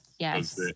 Yes